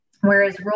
whereas